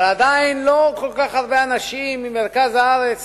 אבל עדיין לא כל כך הרבה אנשים ממרכז הארץ